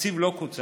התקציב לא קוצץ,